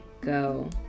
go